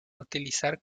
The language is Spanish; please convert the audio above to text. utilizar